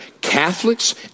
Catholics